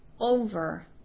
over